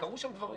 קרו שם דברים.